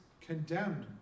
condemned